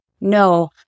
no